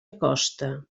acosta